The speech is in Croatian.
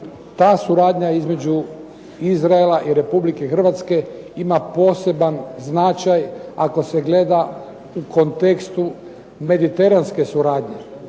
Ta suradnja između Izraela i RH ima poseban značaj ako se gleda u kontekstu mediteranske suradnje.